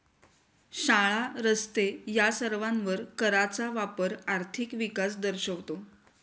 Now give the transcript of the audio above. शाळा, रस्ते या सर्वांवर कराचा वापर आर्थिक विकास दर्शवतो